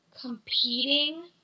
competing